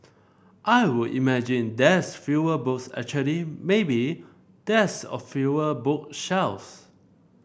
I would imagine there's fewer books actually maybe there's a fewer book shelves